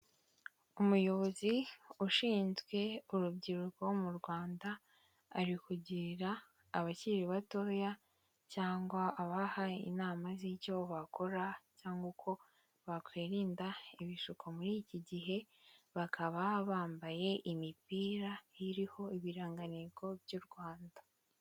Umuyobozi ushinzwe urubyiruko mu rwanda, ari ukugira abakiri batoya cyangwa abaha inama z'icyo bakora cyangwa uko bakwirinda ibishuko muri iki gihe, bakaba bambaye imipira iriho ibirangantego by'u Rwanda.